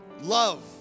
love